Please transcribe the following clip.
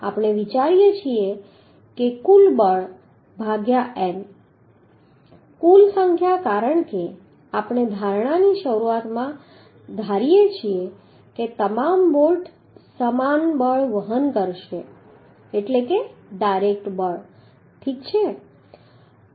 આપણે વિચારીએ છીએ કે કુલ બળ ભાગ્યા n કુલ સંખ્યા કારણ કે આપણે ધારણાની શરૂઆતમાં ધારીએ છીએ કે તમામ બોલ્ટ સમાન બળ વહન કરશે એટલે ડાયરેક્ટ બળ ઠીક છે